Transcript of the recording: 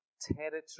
territory